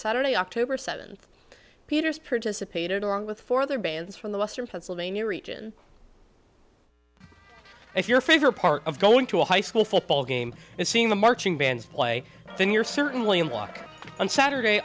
saturday october seventh peter's purchase of paid along with four other bands from the western pennsylvania region if your favorite part of going to a high school football game is seeing the marching bands play then you're certainly a walk on saturday